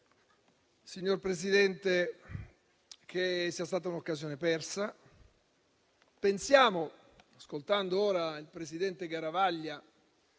signor Presidente, che sia stata un'occasione persa. Pensiamo, ascoltando ora il presidente Garavaglia,